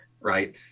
right